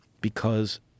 because-